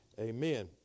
amen